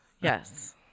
Yes